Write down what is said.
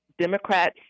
Democrats